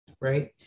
right